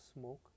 Smoke